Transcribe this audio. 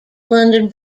london